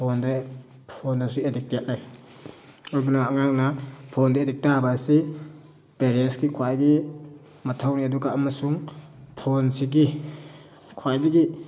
ꯐꯣꯟꯗ ꯐꯣꯟ ꯑꯁꯤ ꯑꯦꯗꯤꯛꯇꯦꯠꯅꯤ ꯑꯗꯨꯅ ꯑꯉꯥꯡꯅ ꯐꯣꯟꯗ ꯑꯦꯗꯤꯛ ꯇꯥꯕ ꯑꯁꯤ ꯄꯦꯔꯦꯟꯁꯀꯤ ꯈ꯭ꯋꯥꯏꯒꯤ ꯃꯊꯧꯅꯤ ꯑꯗꯨꯒ ꯑꯃꯁꯨꯡ ꯐꯣꯟꯁꯤꯒꯤ ꯈ꯭ꯋꯥꯏꯗꯒꯤ